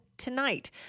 tonight